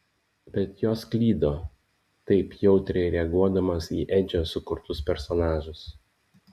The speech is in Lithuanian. bet jos klydo taip jautriai reaguodamos į edžio sukurtus personažus